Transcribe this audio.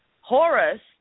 Horus